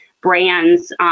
brands